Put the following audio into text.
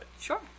Sure